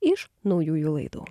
iš naujųjų laidų